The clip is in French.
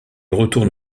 retourne